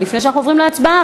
אבל לפני שנעבור להצבעה,